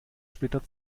splitter